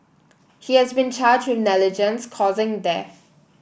he has been charged with negligence causing death